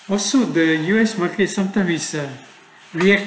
also the U_S markets some time is a react